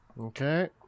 Okay